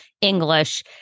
English